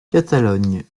catalogne